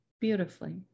beautifully